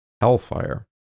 hellfire